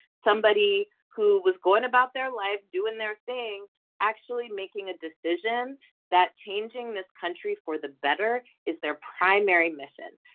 somebody who was going about their lives doing their thing actually making a decision that changing this country for the better is their primary mission.